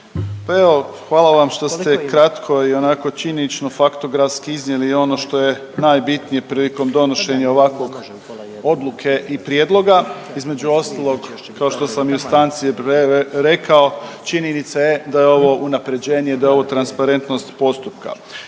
pa evo hvala vam što ste i onako činjenično faktografski iznijeli ono što je najbitnije prilikom donošenja ovakve odluke i prijedloga, između ostalog kao što sam u stanci i rekao, činjenica je da je ovo unapređenje, da je ovo transparentnost postupka.